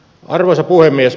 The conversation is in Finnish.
arvoisa puhemies